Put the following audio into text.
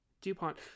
DuPont